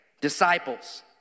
Disciples